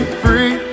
free